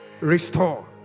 restore